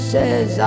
Says